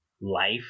life